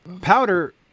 Powder